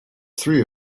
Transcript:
three